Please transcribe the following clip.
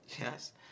yes